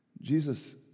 Jesus